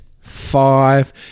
five